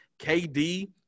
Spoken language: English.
KD